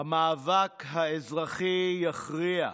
המאבק האזרחי יכריע: